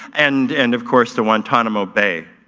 and and of course the guantanamo bay.